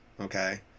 Okay